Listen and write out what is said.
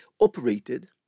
operated